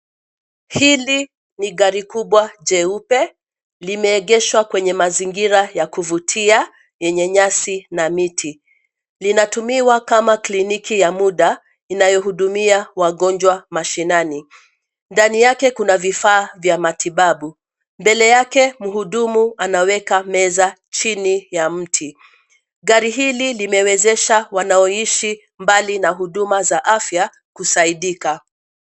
Hili, ni gari kubwa, jeupe, limeegeshwa kwenye mazingira ya kuvutia, yenye nyasi na miti. Linatumiwa kama kliniki ya muda, inayohudumia wagonjwa mashinani. Ndani yake kuna vifaa vya matibabu, mbele yake mhudumu anaweka meza chini ya mti. Gari hili limewezesha wanaoishi, mbali na huduma za afya, kusaidika.